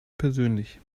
persönlich